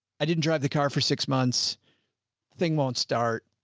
i didn't drive the car for six months thing. won't start.